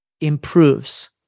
improves